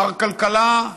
מר כלכלה,